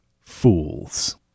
Fools